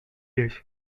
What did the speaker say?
days